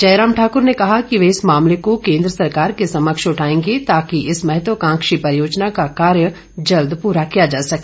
जयराम ठाकुर ने कहा कि वे इस मामले को केन्द्र सरकार के समक्ष उठाएंगे ताकि इस महत्वकांक्षी परियोजना का कार्य जल्द पूरा किया जा सके